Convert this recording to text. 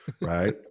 right